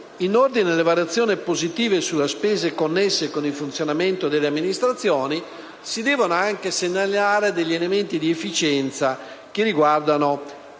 In ordine alle variazioni positive sulle spese connesse con il funzionamento delle amministrazioni, si devono anche segnalare elementi di efficienza che riguardano